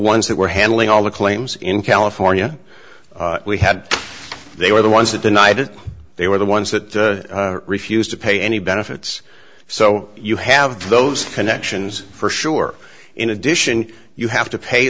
ones that were handling all the claims in california we had they were the ones that denied it they were the ones that refused to pay any benefits so you have those connections for sure in addition you have to pay